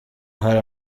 ahari